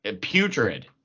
putrid